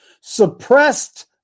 Suppressed